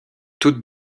toutes